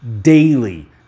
daily